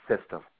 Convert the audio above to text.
system